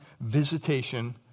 visitation